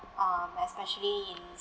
um especially in